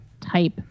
type